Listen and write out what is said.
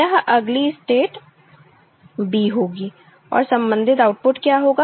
यह अगली state b होगी और संबंधित आउटपुट क्या होगा